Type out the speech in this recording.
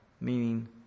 meaning